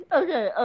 okay